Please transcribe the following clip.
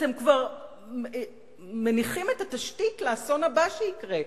אתם כבר מניחים את התשתית לאסון הבא שיקרה.